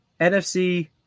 NFC